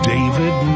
David